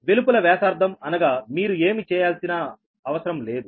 వెలుపల వ్యాసార్థం అనగా మీరు ఏమి చేయాల్సిన అవసరం లేదు